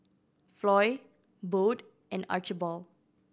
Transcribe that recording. Floy Bode and Archibald